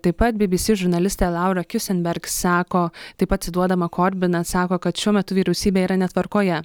taip pat bbc žurnalistė laura kiusemberg sako taip pat cituodama korbiną sako kad šiuo metu vyriausybė yra netvarkoje